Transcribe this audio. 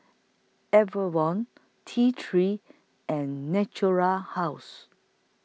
Enervon T three and Natura House